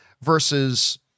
versus